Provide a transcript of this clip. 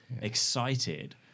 excited